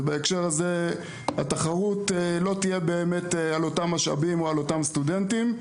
ובהקשר הזה התחרות לא תהיה באמת על אותם משאבים או על אותם סטודנטים,